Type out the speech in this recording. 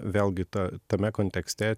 vėlgi ta tame kontekste